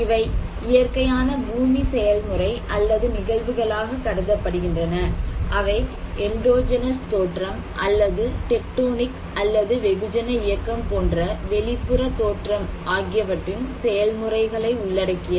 இவை இயற்கையான பூமி செயல்முறை அல்லது நிகழ்வுகளாக கருதப்படுகின்றன அவை எண்டோஜெனஸ் தோற்றம் அல்லது டெக்டோனிக் அல்லது வெகுஜன இயக்கம் போன்ற வெளிப்புற தோற்றம் ஆகியவற்றின் செயல்முறைகளை உள்ளடக்கியது